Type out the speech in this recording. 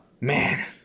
man